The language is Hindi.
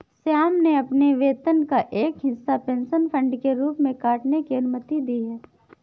श्याम ने अपने वेतन का एक हिस्सा पेंशन फंड के रूप में काटने की अनुमति दी है